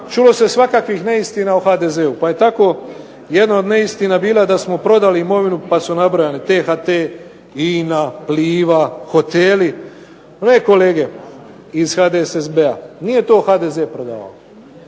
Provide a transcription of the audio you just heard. Čulo se svakakvih neistina o HDZ-u. pa je tako jedna od neistina bila da smo prodali imovinu, pa su nabrojani THT, INA, Pliva, hoteli. Ne kolege iz HDSSB-a nije to HDZ prodao.